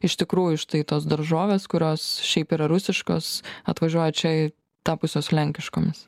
iš tikrųjų štai tos daržovės kurios šiaip yra rusiškos atvažiuoja čia tapusios lenkiškomis